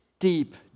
Deep